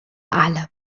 أعلم